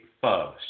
first